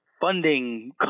funding